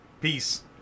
Peace